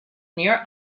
near